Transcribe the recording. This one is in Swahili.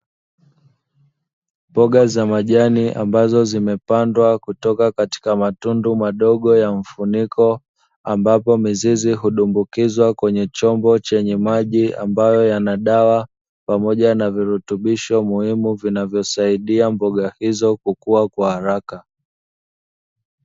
Mboga za majani ambazo zimepandwa kutoka katika matundu madogo ya mfuniko, ambapo mizizi hudumbukizwa kwenye chombo yenye maji ambayo yana dawa; pamoja na virutubisho muhimu vinavyosaidia mboga hizo kukua kwa haraka.